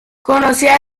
conocía